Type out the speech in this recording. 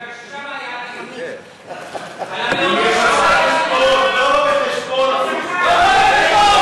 מפני ששם היה הדיון, לא בא בחשבון, לא בא בחשבון.